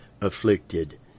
afflicted